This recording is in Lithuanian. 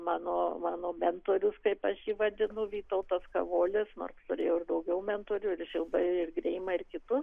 mano mano mentorius kaip aš jį vadinu vytautas kavolis nors turėjau ir daugiau mentorių ir žilbą ir greimą ir kitus